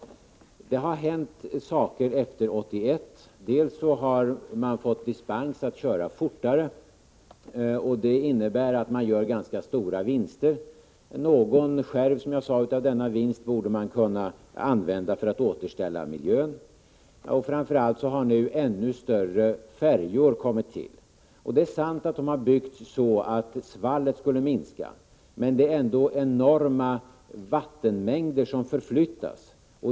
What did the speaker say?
Det har hänt saker efter 1981. Bl.a. har fartygen fått dispens att köra fortare. Det innebär att rederierna gör ganska stora vinster. Någon skärv av denna vinst borde, som jag tidigare sade, kunna användas för att återställa miljön. Men framför allt har nu ännu större färjor kommit till. Det är sant att dessa färjor har byggts så att svallet skall minska, men det är ändå enorma vattenmängder som förflyttas.